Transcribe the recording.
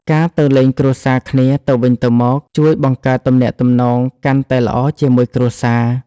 ការទៅលេងគ្រួសារគ្នាទៅវិញទៅមកជួយបង្កើតទំនាក់ទំនងកាន់តែល្អជាមួយគ្រួសារ។